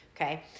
Okay